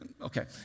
Okay